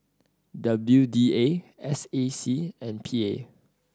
W D A S A C and P A